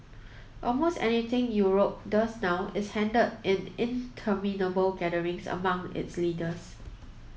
almost anything Europe does now is handled in interminable gatherings among its leaders